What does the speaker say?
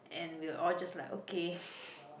and we're all just like okay